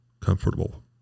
comfortable